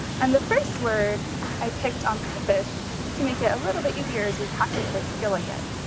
and the first word i picked on purpose to make it a little bit easier as we practice this skill again.